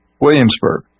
Williamsburg